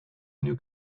new